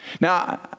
Now